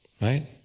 Right